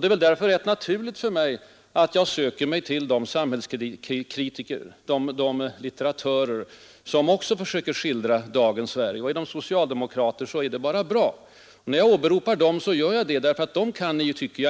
Det är väl därför rätt naturligt för mig att jag söker mig till de samhällskritiker bland litteratörerna som också försöker skildra dagens Sverige. Och är de socialdemokrater är det bara bra. Att jag åberopar dem beror på att de